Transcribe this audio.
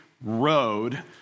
road